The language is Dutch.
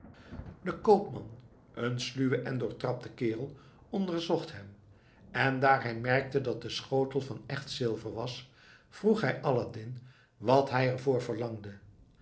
de koopman een sluwe en doortrapte kerel onderzocht hem en daar hij merkte dat de schotel van echt zilver was vroeg hij aladdin wat hij er voor verlangde